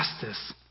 justice